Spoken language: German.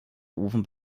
ofen